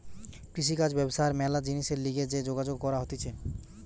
কৃষিকাজ ব্যবসা আর ম্যালা জিনিসের লিগে যে যোগাযোগ করা হতিছে